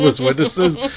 Witnesses